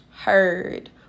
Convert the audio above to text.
heard